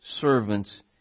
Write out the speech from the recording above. servants